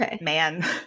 man